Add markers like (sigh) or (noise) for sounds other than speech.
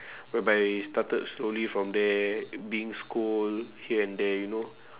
(breath) whereby started slowly from there being scold here and there you know